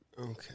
Okay